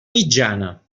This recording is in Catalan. mitjana